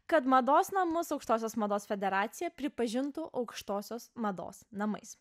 kad mados namus aukštosios mados federacija pripažintų aukštosios mados namais